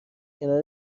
کنار